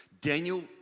Daniel